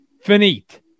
Finite